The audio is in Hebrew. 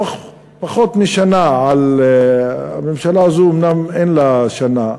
בתוך פחות משנה, הממשלה הזאת אומנם אין לה שנה,